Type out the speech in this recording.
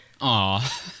Aw